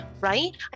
right